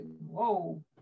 whoa